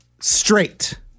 Straight